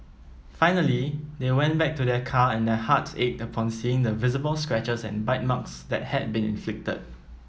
finally they went back to their car and their hearts ached upon seeing the visible scratches and bite marks that had been inflicted